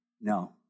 No